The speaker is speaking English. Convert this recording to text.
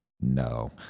no